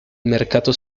mercato